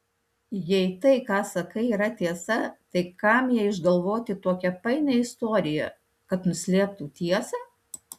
jei tai ką sakai yra tiesa tai kam jai išgalvoti tokią painią istoriją kad nuslėptų tiesą